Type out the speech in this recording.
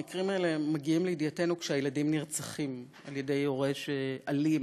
המקרים האלה מגיעים לידיעתנו כשהילדים נרצחים על-ידי הורה אלים,